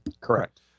Correct